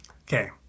okay